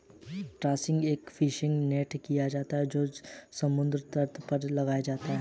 trawling एक fishing net से किया जाता है जो समुद्र तल पर लगाया जाता है